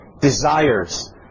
Desires